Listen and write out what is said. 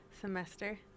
semester